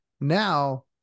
now